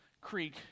creek